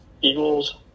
Eagles